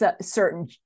certain